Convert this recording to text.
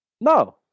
No